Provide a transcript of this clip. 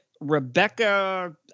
Rebecca